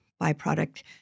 byproduct